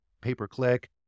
pay-per-click